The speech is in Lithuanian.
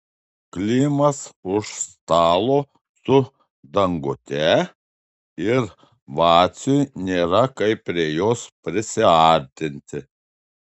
klimas už stalo su dangute ir vaciui nėra kaip prie jos prisiartinti